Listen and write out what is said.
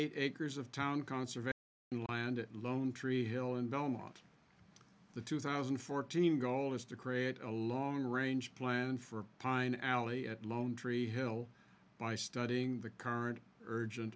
eight acres of town conservation land at lone tree hill in belmont the two thousand and fourteen goal is to create a long range plan for pine alley at lone tree hill by studying the current urgent